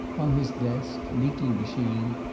on his desk, neatly machined,